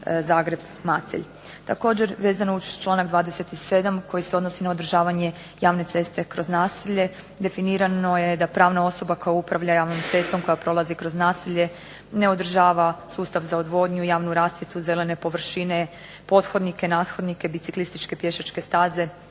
Zagreb – Macelj. Također vezano uz članak 27. koji se odnosi na održavanje javne ceste kroz naselje, definirano je da pravna osoba koja upravlja javnom cestom koja prolazi kroz naselje ne održava sustav za odvodnju, javnu rasvjetu, zelene površine, pothodnike, nathodnike, biciklističke pješake staze,